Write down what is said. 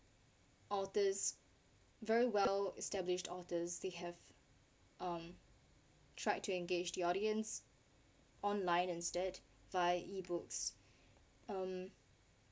authors very well established authors they have um tried to engage the audience online instead by E books um